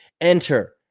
Enter